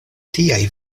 tiaj